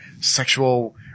sexual